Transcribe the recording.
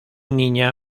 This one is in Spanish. niña